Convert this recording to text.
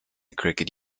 cricket